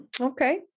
Okay